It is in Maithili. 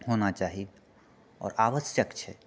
होना चाही आओर आवश्यक छै